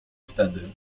wtedy